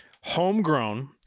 Homegrown